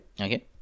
Okay